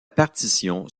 partition